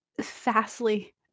fastly